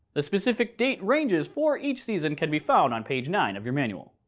the specific date ranges for each season can be found on page nine of your manual.